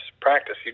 practice